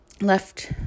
left